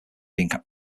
being